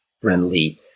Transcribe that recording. friendly